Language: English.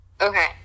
Okay